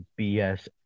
BS